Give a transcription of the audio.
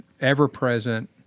ever-present